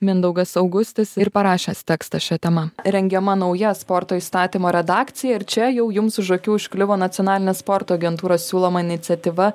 mindaugas augustis ir parašęs tekstą šia tema rengiama nauja sporto įstatymo redakcija ir čia jau jums už akių užkliuvo nacionalinės sporto agentūros siūloma iniciatyva